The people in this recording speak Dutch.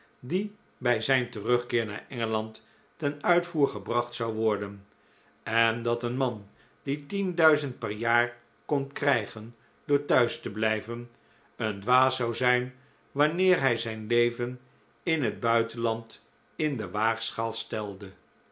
die bij zijn terugkeer naar engeland ten uitvoer gebracht zou worden en dat een man die tien duizend per jaar kon krijgen door thuis te blijven een dwaas zou zijn wanneer hij zijn leven in het buitenland in de waagschaal stelde